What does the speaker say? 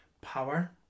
power